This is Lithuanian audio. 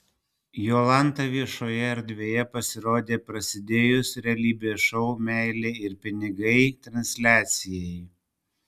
jolanta viešojoje erdvėje pasirodė prasidėjus realybės šou meilė ir pinigai transliacijai